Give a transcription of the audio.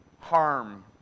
harm